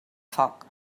foc